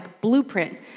blueprint